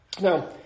Now